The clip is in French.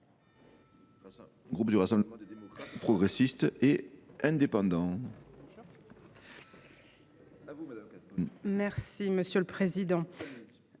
groupe Rassemblement des démocrates, progressistes et indépendants,